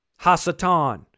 Hasatan